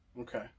Okay